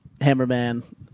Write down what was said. Hammerman